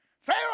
Pharaoh